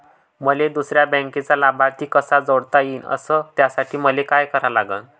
मले दुसऱ्या बँकेचा लाभार्थी कसा जोडता येईन, अस त्यासाठी मले का करा लागन?